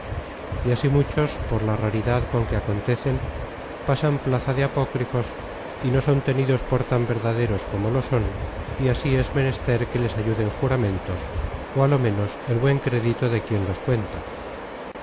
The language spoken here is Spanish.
y así muchos por la raridad con que acontecen pasan plaza de apócrifos y no son tenidos por tan verdaderos como lo son y así es menester que les ayuden juramentos ó á lo menos el buen crédito de quien los cuenta